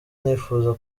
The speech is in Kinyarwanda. nifuza